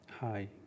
Hi